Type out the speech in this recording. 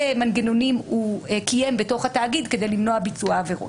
מנגנונים הוא קיים בתוך התאגיד כדי למנוע ביצוע העבירות.